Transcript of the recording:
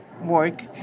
work